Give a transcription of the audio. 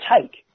take